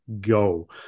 go